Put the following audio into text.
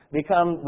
become